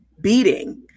beating